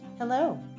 Hello